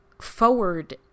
forward